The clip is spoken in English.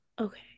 Okay